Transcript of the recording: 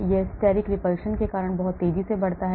यह steric repulsion के कारण बहुत तेजी से बढ़ता है